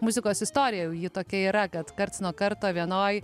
muzikos istorija jau ji tokia yra kad karts nuo karto vienoj